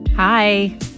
Hi